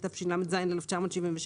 התשל"ז-1977,